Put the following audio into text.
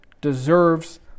deserves